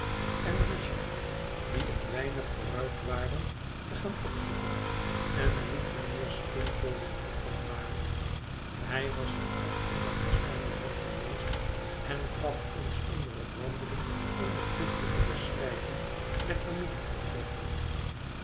en richard die een weinig vooruit waren te gaan opzoeken en liet mijnheer skimpole wanhopig varen hij was dien ochtend naar kastanje hof geweest en gaf ons onder het wandelen eene kluchtige beschrijving der